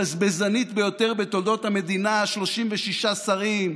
הבזבזנית ביותר בתולדות המדינה: 36 שרים,